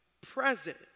present